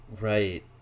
right